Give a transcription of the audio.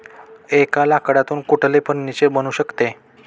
एका लाकडातून कुठले फर्निचर बनू शकते?